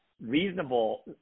reasonable